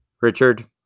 Richard